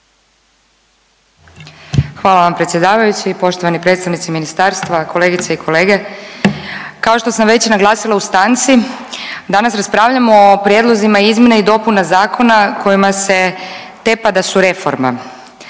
Hvala vam predsjedavajući. Poštovani predstavnici ministarstva, kolegice i kolege kao što sam već naglasila u stanci danas raspravljamo o prijedlozima izmjena i dopuna zakona kojima se tepa da su reforma.